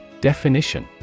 Definition